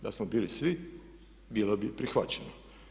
Da smo bili svi bilo bi prihvaćeno.